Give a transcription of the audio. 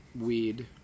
weed